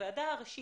בוועדה הראשית,